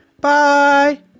Bye